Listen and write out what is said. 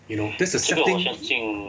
you know that's the sad thing